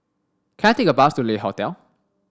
can I take a bus to Le Hotel